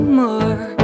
more